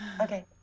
okay